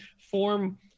form